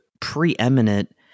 preeminent